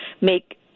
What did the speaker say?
make